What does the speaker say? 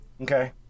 Okay